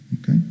Okay